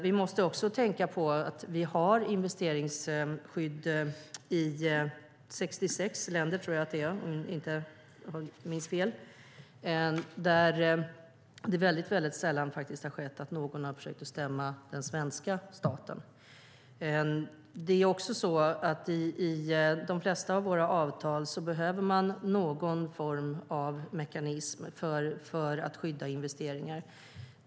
Vi måste också tänka på att vi har investeringsskydd i 66 länder, om jag inte minns fel, där det väldigt sällan har skett att någon har försökt stämma den svenska staten. I de flesta av våra avtal behöver man någon form av mekanism för att skydda investeringar.